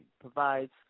provides